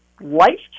life